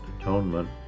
atonement